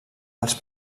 els